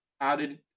added